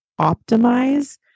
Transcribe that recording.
optimize